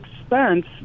expense